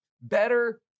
better